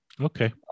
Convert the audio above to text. Okay